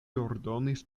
ordonis